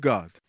God